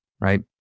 right